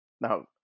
now